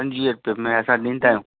पंजवीहें रुपए में असां ॾींदा आहियूं